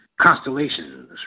constellations